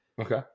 Okay